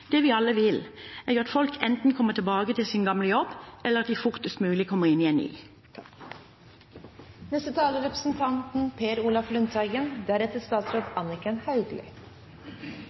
Det vi alle vil, er jo at folk enten kommer tilbake til sin gamle jobb, eller at de fortest mulig kommer inn i en ny.